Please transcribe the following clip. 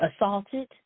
assaulted